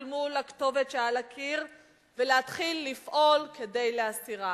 מול הכתובת שעל הקיר ולהתחיל לפעול כדי להסירה.